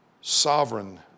sovereign